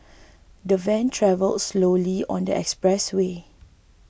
the van travelled slowly on the expressway